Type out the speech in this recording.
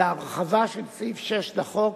והרחבה של סעיף 6 לחוק,